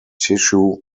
tissue